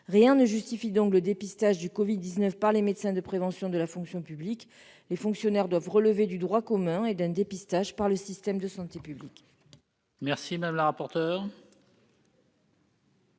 Rien ne justifie donc le dépistage du Covid-19 par les médecins de prévention de la fonction publique. Les fonctionnaires doivent relever du droit commun et d'un dépistage par le système de santé publique.